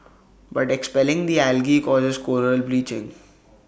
but expelling the algae causes Coral bleaching